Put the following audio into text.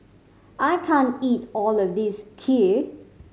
I can't eat all of this Kheer